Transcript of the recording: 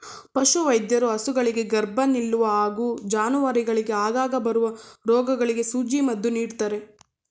ಪಶುವೈದ್ಯರು ಹಸುಗಳಿಗೆ ಗರ್ಭ ನಿಲ್ಲುವ ಹಾಗೂ ಜಾನುವಾರುಗಳಿಗೆ ಆಗಾಗ ಬರುವ ರೋಗಗಳಿಗೆ ಸೂಜಿ ಮದ್ದು ನೀಡ್ತಾರೆ